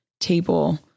table